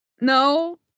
No